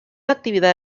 actividad